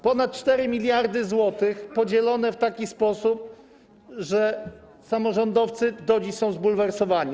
Ponad 4 mld zł zostały podzielone w taki sposób, że samorządowcy do dziś są zbulwersowani.